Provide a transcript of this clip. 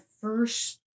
first